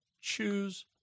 Choose